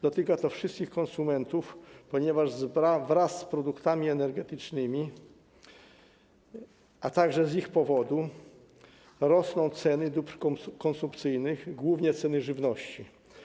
Dotyka to wszystkich konsumentów, ponieważ wraz z cenami produktów energetycznych, a także z ich powodu, rosną ceny dóbr konsumpcyjnych, głównie ceny żywności.